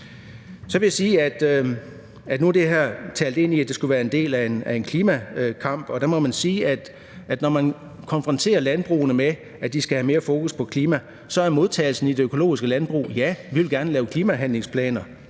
her nu er talt ind i, at det skulle være en del af en klimakamp, og der må man sige, at når man konfronterer landbrugene med, at de skal have mere fokus på klima, så er modtagelsen i det økologiske landbrug: Ja, vi vil gerne lave klimahandlingsplaner